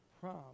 prom